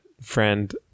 friend